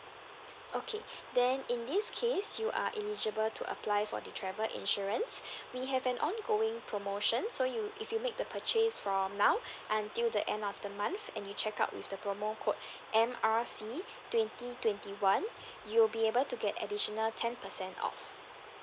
okay then in this case you are eligible to apply for the travel insurance we have an ongoing promotion so you if you make the purchase from now until the end of the month and you check out with the promo code M R C twenty twenty one you'll be able to get additional ten percent off